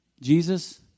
Jesus